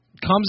comes